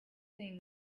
things